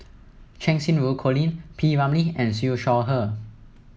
Cheng Xinru Colin P Ramlee and Siew Shaw Her